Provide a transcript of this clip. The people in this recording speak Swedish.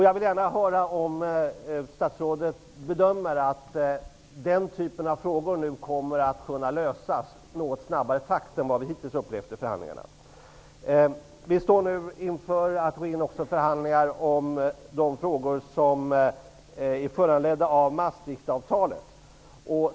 Jag vill gärna höra om statsrådet bedömer att den här typen av frågor nu kommer att kunna lösas i en något snabbare takt än vad vi hittills har upplevt i förhandlingarna. Vi står nu också inför att gå in i förhandlingar om de frågor som är föranledda av Maastrichtavtalet.